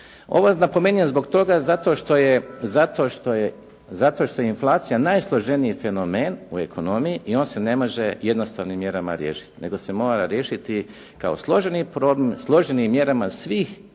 Ovo napominjem zato što je inflacija najsloženiji fenomen u ekonomiji i on se ne može jednostavnim mjerama riješiti, nego se mora riješiti kao složeni problem